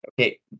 Okay